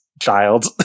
child